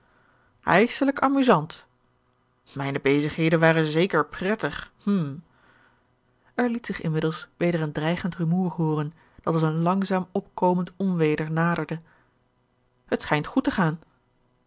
ijselijk amusant mijne bezigheden waren zeker prettig hm er liet zich inmiddels weder een dreigend rumoer hooren dat als een langzaam opkomend onweder naderde het schijnt goed te gaan